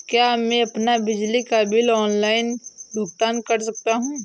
क्या मैं अपना बिजली बिल ऑनलाइन भुगतान कर सकता हूँ?